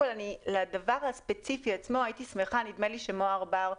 לדבר הספציפי עצמו יכולה אולי להתייחס מוהר בר,